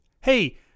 Hey